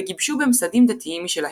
וגיבשו ממסדים דתיים משלהם.